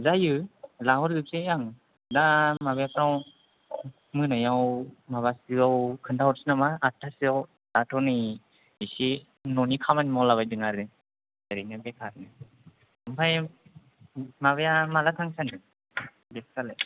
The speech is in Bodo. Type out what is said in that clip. जायो लाहरजोबसै आं दा माबाफ्राव मोनायाव माबासोआव खोन्थाहरसै नामा आतथासोआव दाथ' नै एसे न'नि खामानि मावला बायदों आरो ओरैनो बेखारनो ओमफाय माबाया माला थांनो सानदों देथफ्रालाय